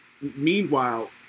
Meanwhile